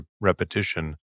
repetition